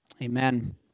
Amen